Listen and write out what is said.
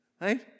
right